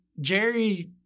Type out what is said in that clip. Jerry